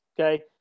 okay